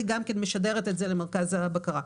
היא משדרת את זה למרכז הבקרה.